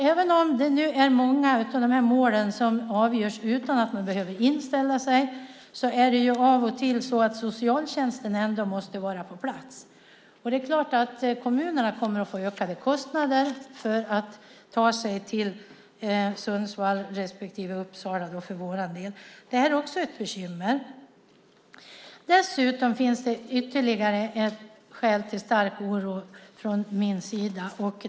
Även om många av de här målen avgörs utan att man behöver inställa sig måste socialtjänsten ändå vara på plats av och till. Det är klart att kommunerna kommer att få ökade kostnader för att man ska ta sig till Sundsvall respektive Uppsala. Det är också ett bekymmer. Det finns ytterligare ett skäl till stark oro från min sida.